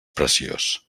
preciós